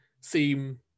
seem